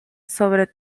sobre